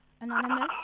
Anonymous